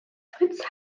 fritz